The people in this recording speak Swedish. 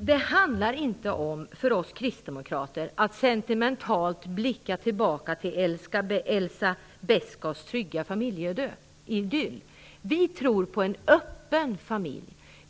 Det handlar inte för oss kristdemokrater om att sentimentalt blicka tillbaka till Elsa Beskows trygga familjeidyll. Vi tror på en öppen familj.